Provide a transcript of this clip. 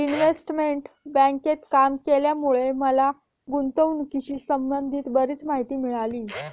investment बँकेत काम केल्यामुळे मला गुंतवणुकीशी संबंधित बरीच माहिती मिळाली आहे